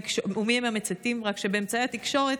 רק שבאמצעי התקשורת